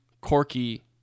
Corky